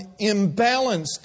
imbalanced